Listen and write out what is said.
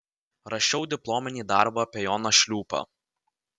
rašiau diplominį darbą apie joną šliūpą